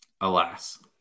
alas